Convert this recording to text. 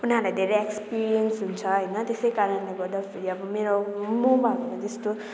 उनीहरूलाई धेरै एक्सपिरियन्स हुन्छ होइन त्यसै कारणले गर्दाखेरि अब मेरो म भएकोमा त्यस्तो